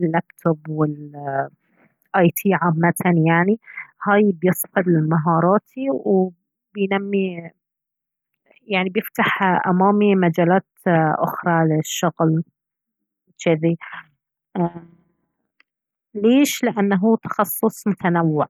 اللابتوب والآي تي عامة يعني هاي بيصقل مهاراتي وبينمي يعني بيفتح امامي مجالات اخرى للشغل جذي ايه ليش؟ لأنه هو تخصص متنوع